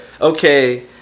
okay